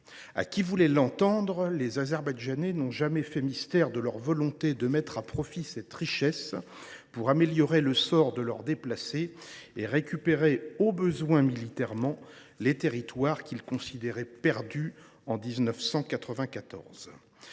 À qui voulait l’entendre, les Azerbaïdjanais n’ont jamais fait mystère de leur volonté de mettre à profit cette richesse pour améliorer le sort de leurs déplacés et pour récupérer, au besoin militairement, les territoires considérés comme perdus en 1994.